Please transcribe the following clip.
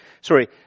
Sorry